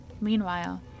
Meanwhile